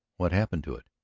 what happened to it?